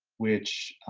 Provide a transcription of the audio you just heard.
which,